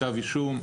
כתב אישום,